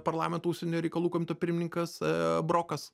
parlamento užsienio reikalų komiteto pirmininkas a brokas